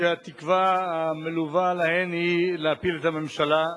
כשהתקווה המלווה להן היא להפיל את הממשלה.